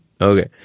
Okay